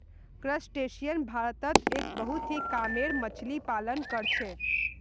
crustaceans भारतत एक बहुत ही कामेर मच्छ्ली पालन कर छे